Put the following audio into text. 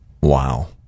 Wow